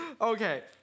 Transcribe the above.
Okay